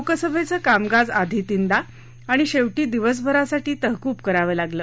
लोकसभेचं कामकाज आधी तीनदा आणि शेवरी दिवसभरासाठी तहकूब करावं लागलं